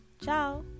Ciao